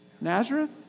Nazareth